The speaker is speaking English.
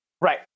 Right